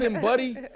buddy